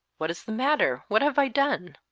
what is the matter? what have i done?